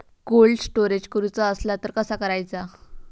Cold storage करूचा असला तर कसा करायचा?